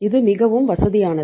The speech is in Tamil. இது மிகவும் வசதியானது